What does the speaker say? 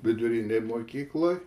vidurinėj mokykloj